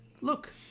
look